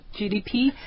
GDP